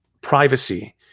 privacy